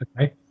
Okay